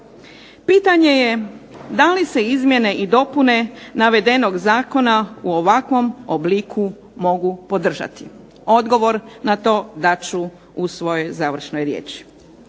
Pitanje je da li se izmjene i dopune navedenog zakona u ovakvom obliku mogu podržati. Odgovor na to dat ću u svojoj završnoj riječi.